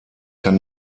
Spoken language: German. kann